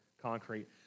concrete